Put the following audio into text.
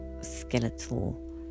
skeletal